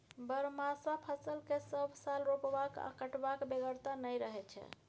बरहमासा फसल केँ सब साल रोपबाक आ कटबाक बेगरता नहि रहै छै